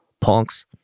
punks